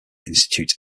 institut